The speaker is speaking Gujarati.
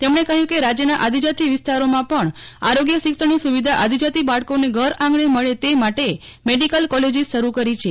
તેમણે કહ્યું કેરાજ્યના આદિજાતિ વિસ્તારોમાં પણ આરોગ્ય શિક્ષણની સુવિધા આદિજાતિ બાળકોને ઘર આંગણે મળે તે માટે મેડીકલ કોલેજીસ શરૂ કરી છે